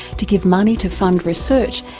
to give money to fund research,